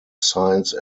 science